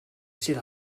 sydd